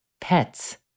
pets